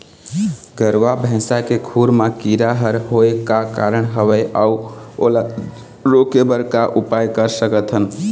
गरवा भैंसा के खुर मा कीरा हर होय का कारण हवए अऊ ओला रोके बर का उपाय कर सकथन?